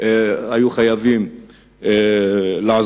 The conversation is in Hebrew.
היו חייבים לעזוב.